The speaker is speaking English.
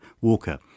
Walker